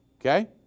okay